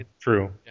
true